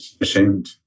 ashamed